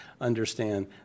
understand